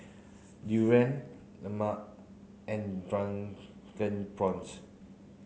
durian Lemang and drunken prawns